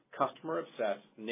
customer-obsessed